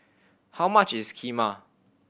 how much is Kheema